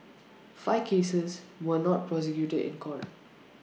five cases were not prosecuted in court